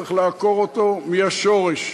צריך לעקור אותו מהשורש,